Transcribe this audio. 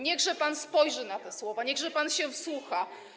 Niechże pan spojrzy na te słowa, niechże pan się wsłucha.